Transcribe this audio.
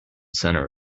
center